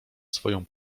swoją